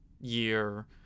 year